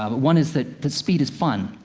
ah but one is that speed is fun,